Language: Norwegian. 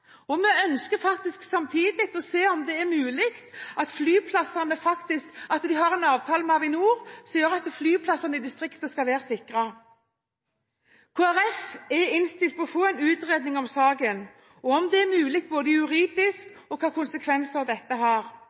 Vi ønsker faktisk samtidig å se om det er mulig at flyplassene får en avtale med Avinor som gjør at flyplassene i distriktene skal være sikret. Kristelig Folkeparti er innstilt på å få en utredning om saken – om det er mulig juridisk, og hvilke konsekvenser dette har.